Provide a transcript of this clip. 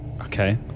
Okay